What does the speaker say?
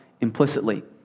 implicitly